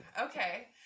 Okay